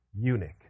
eunuch